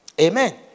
Amen